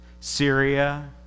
Syria